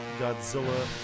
Godzilla